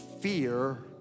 fear